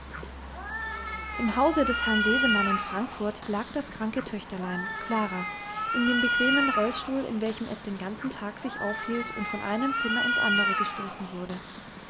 im hause des herrn sesemann in frankfurt lag das kranke töchterlein klara in dem bequemen rollstuhl in welchem es den ganzen tag sich aufhielt und von einem zimmer ins andere gestoßen wurde